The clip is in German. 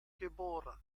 geboren